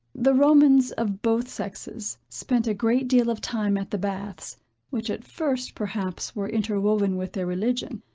the romans, of both sexes, spent a great deal of time at the baths which at first, perhaps, were interwoven with their religion,